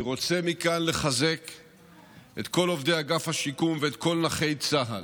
אני רוצה מכאן לחזק את כל עובדי אגף השיקום ואת כל נכי צה"ל: